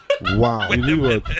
Wow